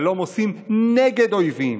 שלום עושים נגד אויבים,